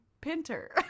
Pinter